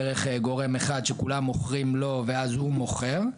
דרך גורם אחד שכולם מוכרים לו ואז הוא מוכר,